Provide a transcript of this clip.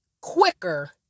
quicker